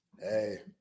hey